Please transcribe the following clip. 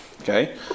Okay